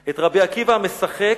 את רבי עקיבא המשחק